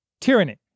tyranny